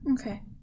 okay